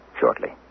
shortly